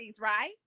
right